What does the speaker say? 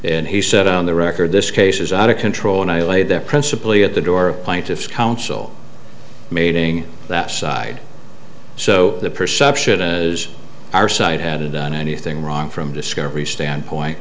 and he said on the record this case is out of control and i laid there principally at the door plaintiff's counsel mating that side so the perception is our side had it done anything wrong from discovery standpoint